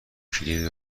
کلید